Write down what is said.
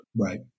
Right